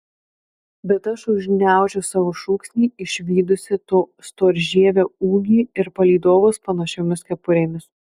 bet aš užgniaužiu savo šūksnį išvydusi to storžievio ūgį ir palydovus panašiomis kepurėmis